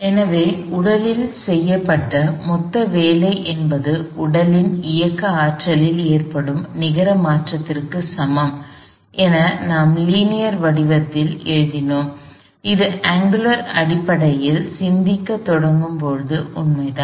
எனவே உடலில் செய்யப்பட்ட மொத்த வேலை என்பது உடலின் இயக்க ஆற்றலில் ஏற்படும் நிகர மாற்றத்திற்கு சமம் என நாம் லீனியர் வடிவத்தில் எழுதினோம் இது அங்குலர் அடிப்படையில் சிந்திக்கத் தொடங்கும் போது உண்மைதான்